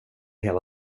hela